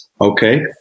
Okay